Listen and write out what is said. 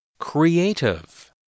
Creative